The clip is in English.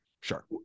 Sure